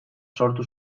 sortu